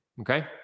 okay